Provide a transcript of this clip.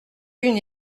une